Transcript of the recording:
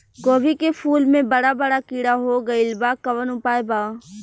गोभी के फूल मे बड़ा बड़ा कीड़ा हो गइलबा कवन उपाय बा?